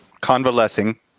convalescing